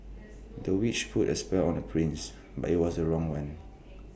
the witch put A spell on the prince but IT was the wrong one